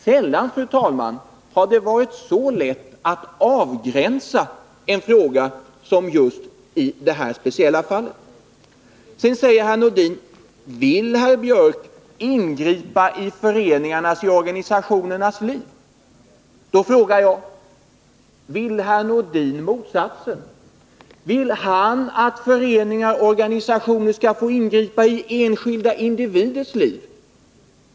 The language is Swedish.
Sällan, fru talman, har det varit så lätt att avgränsa en fråga som i det här speciella fallet. Sedan säger herr Nordin: Vill herr Björck ingripa i föreningarnas och organisationernas liv? Då frågar jag: Vill herr Nordin att föreningar och organisationer skall få ingripa i enskilda individers liv?